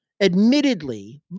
admittedly